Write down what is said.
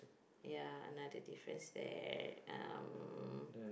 ya another difference there um